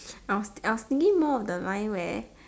I'll I'll was thinking more of the line where